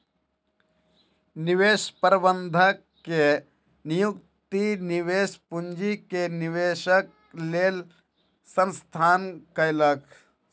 निवेश प्रबंधक के नियुक्ति निवेश पूंजी के निवेशक लेल संस्थान कयलक